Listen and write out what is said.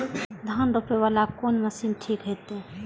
धान रोपे वाला कोन मशीन ठीक होते?